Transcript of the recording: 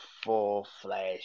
full-flash